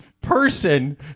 person